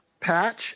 patch